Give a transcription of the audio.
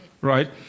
right